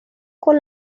con